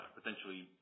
potentially